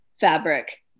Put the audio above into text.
fabric